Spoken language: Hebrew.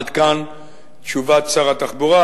עד כאן תשובת שר התחבורה.